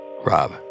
Rob